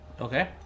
Okay